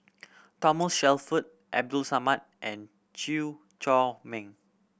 Thomas Shelford Abdul Samad and Chew Chor Meng